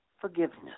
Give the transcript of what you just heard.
Forgiveness